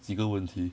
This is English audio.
几个问题